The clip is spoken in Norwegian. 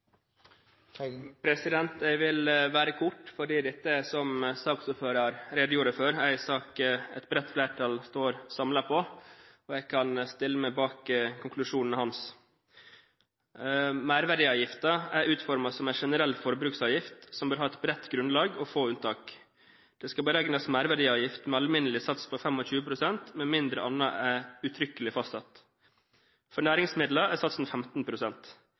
som et bredt flertall står samlet om, og jeg kan stille meg bak konklusjonene hans. Merverdiavgiften er utformet som en generell forbruksavgift, som bør ha et bredt grunnlag og få unntak. Det skal beregnes merverdiavgift med alminnelig sats på 25 pst. med mindre annet er uttrykkelig fastsatt. For næringsmidler er satsen